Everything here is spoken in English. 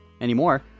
anymore